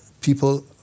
people